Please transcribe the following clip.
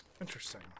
Interesting